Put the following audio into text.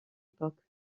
époque